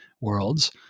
worlds